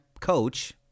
coach